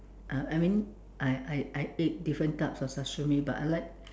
uh I mean I I I eat different types of sashimi but I like